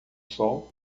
sol